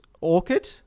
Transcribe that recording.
orchid